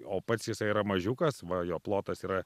o pats jisai yra mažiukas va jo plotas yra